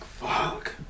fuck